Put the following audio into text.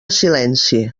silenci